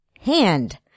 hand